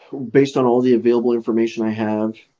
based on all the available information i have.